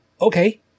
okay